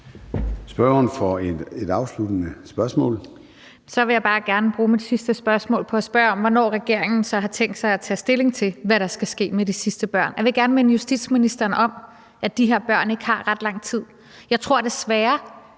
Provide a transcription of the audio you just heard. Spørgeren for sit afsluttende spørgsmål. Kl. 13:36 Rosa Lund (EL): Så vil jeg bare gerne bruge mit sidste spørgsmål på at spørge om, hvornår regeringen så har tænkt sig at tage stilling til, hvad der skal ske med de sidste børn. Jeg vil gerne minde justitsministeren om, at de her børn ikke har ret lang tid igen. Jeg tror desværre,